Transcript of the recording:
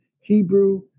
Hebrew